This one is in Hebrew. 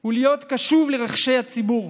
הוא להיות קשוב לרחשי הלב של הציבור,